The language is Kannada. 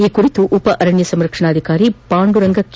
ಈ ಕುರಿತು ಉಪ ಅರಣ್ಯ ಸಂರಕ್ಷಣಾಧಿಕಾರಿ ಪಾಂಡುರಂಗ ಕೆ